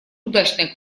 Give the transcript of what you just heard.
удачная